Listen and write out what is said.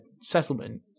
Settlement